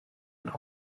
und